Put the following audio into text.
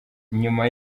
nyuma